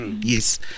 Yes